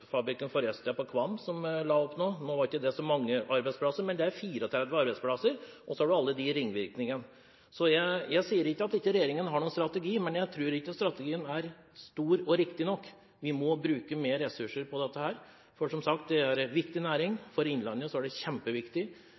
på Kvam, som la opp nå. Nå var ikke det så mange arbeidsplasser der, men det var 34. Så er det alle ringvirkningene. Jeg sier ikke at regjeringen ikke har noen strategi, men jeg tror ikke strategien er omfattende og riktig nok. Vi må bruke mer ressurser på dette, for det er, som sagt, en viktig næring. For innlandet en den kjempeviktig. Det